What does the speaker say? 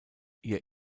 ihr